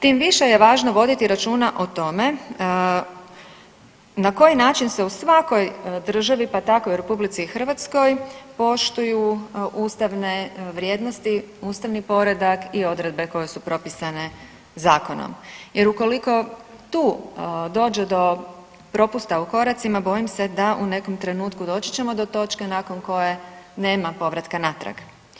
Tim više je važno voditi računa o tome na koji način se u svakoj državi pa tako i u RH poštuju ustavne vrijednosti, ustavni poredak i odredbe koje su propisane zakonom jer ukoliko tu dođe do propusta u koracima, bojim se da u nekom trenutku doći ćemo do točke nakon koje nema povratka natrag.